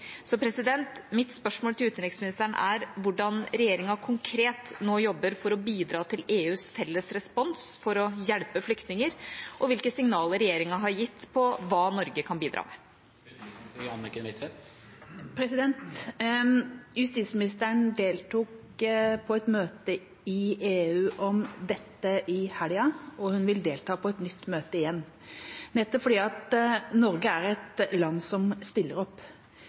Mitt spørsmål til utenriksministeren er: Hvordan jobber regjeringa nå konkret for å bidra til EUs felles respons for å hjelpe flyktninger? Og hvilke signaler har regjeringa gitt på hva Norge kan bidra med? Justisministeren deltok på et møte i EU om dette i helga, og hun vil delta på et nytt møte igjen – nettopp fordi Norge er et land som stiller opp.